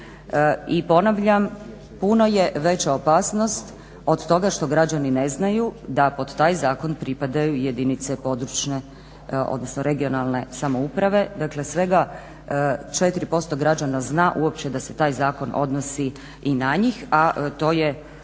I ponavljam, puno je veća opasnost od toga što građani ne znaju da pod taj zakon pripadaju jedinice područne, odnosno regionalne samouprave. Dakle, svega 4% građana zna uopće da se taj zakon odnosi i na njih, a to je